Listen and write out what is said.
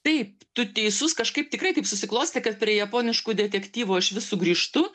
taip tu teisus kažkaip tikrai taip susiklostė kad prie japoniškų detektyvų aš vis sugrįžtu